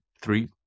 three